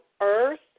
earth